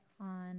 on